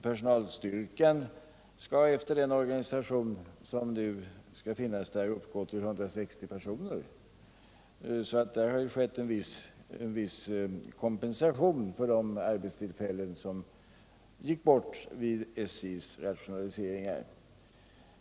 Personalstyrkan skall med den organisation som nu skall finnas där uppgå till 160 personer. Där har alltså skett en viss kompensation för de arbetstillfällen som gick bort vid SJ:s rationaliseringar.